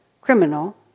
criminal